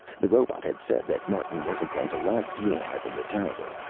the robot had said that martin wasn't going to like being ivan the terrible,